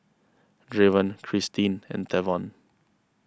Draven Christeen and Tavon